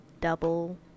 double